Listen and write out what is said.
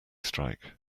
strike